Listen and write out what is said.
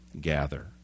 gather